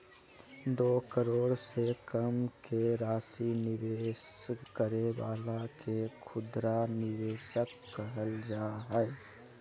दो करोड़ से कम के राशि निवेश करे वाला के खुदरा निवेशक कहल जा हइ